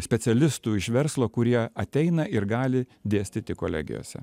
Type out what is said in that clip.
specialistų iš verslo kurie ateina ir gali dėstyti kolegijose